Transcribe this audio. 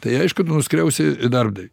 tai aišku tu nuskriausi darbdavį